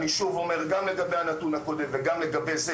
אני שוב אומר גם לגבי הנתון הקודם וגם לגבי זה,